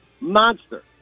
monster